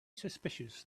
suspicious